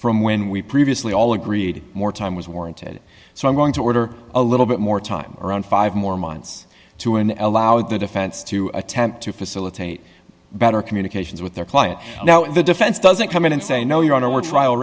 from when we previously all agreed more time was warranted so i'm going to order a little bit more time around five more months to an l out of the defense to attempt to facilitate better communications with their client now the defense doesn't come in and say no your honor we're trial